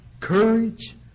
courage